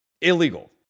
illegal